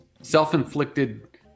self-inflicted